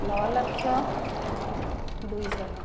ନଅ ଲକ୍ଷ ଦୁଇଶହ